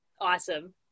awesome